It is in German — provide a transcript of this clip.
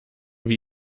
wir